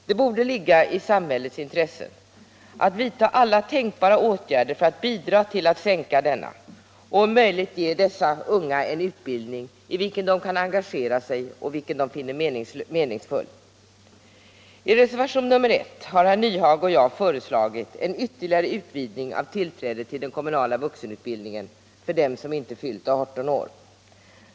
Det borde ligga i samhällets intresse att vidtaga alla tänkbara åtgärder för att bidra till att sänka denna och om möjligt ge dessa ungdomar en utbildning i vilken de kan engagera sig och vilken de finner meningsfull. I reservationen 1 har herr Nyhage och jag föreslagit en ytterligare utvidgning av möjligheterna till tillträde till den kommunala vuxenutbildningen för dem som inte fyllt 18 år.